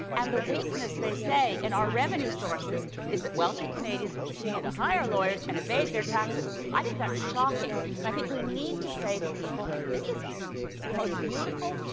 and the weakness, they say, in our revenue sources is that wealthy canadians will continue to hire lawyers and evade their taxes. i think that's shocking. and i think we need to say to people, this is the most beautiful,